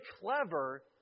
clever